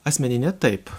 asmenine taip